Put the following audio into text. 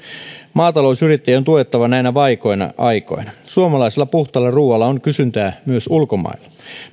maatalousyrittäjiä on tuettava näinä vaikeina aikoina suomalaisella puhtaalla ruualla on kysyntää myös ulkomailla